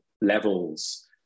levels